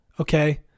okay